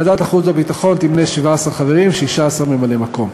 ועדת החוץ והביטחון תמנה 17 חברים ו-16 ממלאי-מקום.